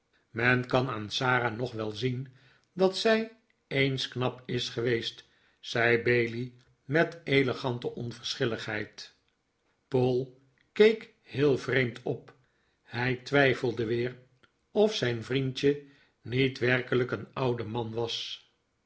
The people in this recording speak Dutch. men kan aan sara nog wel zien dat zij eens knap is geweest zei bailey met elegante onverschilligheid poll keek heel vreemd op hij twijfelde weer of zijn vriendje niet werkelijk een oude man was